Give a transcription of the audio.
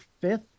fifth